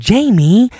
Jamie